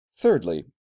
thirdly